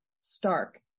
stark